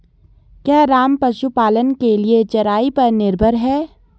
क्या राम पशुपालन के लिए चराई पर निर्भर है?